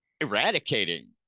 eradicating